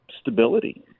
stability